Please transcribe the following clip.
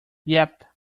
yep